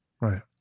Right